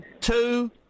two